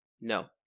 No